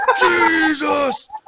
Jesus